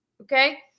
Okay